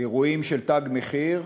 אירועים של "תג מחיר".